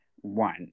one